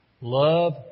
Love